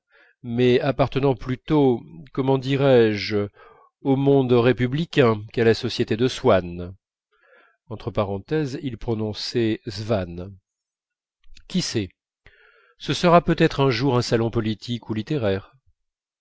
mais appartenant plutôt comment dirais-je au monde républicain qu'à la société de swann il prononçait svann qui sait ce sera peut-être un jour un salon politique ou littéraire